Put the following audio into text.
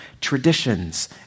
traditions